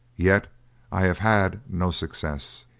yet i have had no success.